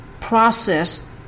process